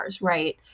right